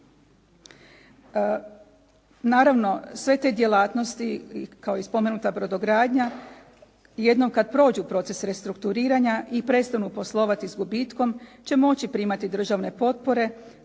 Naravno, sve te djelatnosti kao i spomenuta brodogradnja jednom kad prođu proces restrukturiranja i prestanu poslovati s gubitkom će moći primati državne potpore